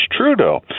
Trudeau